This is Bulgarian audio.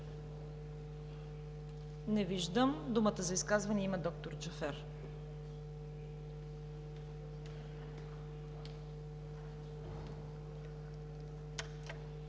Не виждам. Думата за изказване има д-р Джафер.